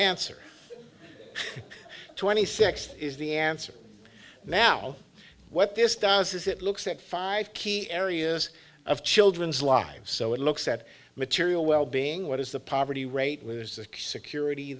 answer twenty six is the answer now what this does is it looks at five key areas of children's lives so it looks at material well being what is the poverty rate was the security